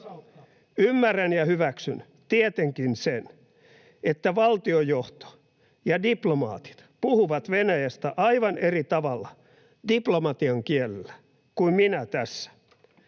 Ymmärrän ja hyväksyn tietenkin sen, että valtiojohto ja diplomaatit puhuvat Venäjästä aivan eri tavalla, diplomatian kielellä, kuin minä tässä.